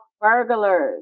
burglars